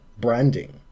branding